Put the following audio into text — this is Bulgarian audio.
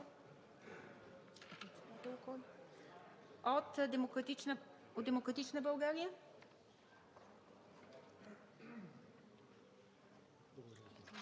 От „Дeмократична България“.